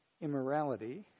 immorality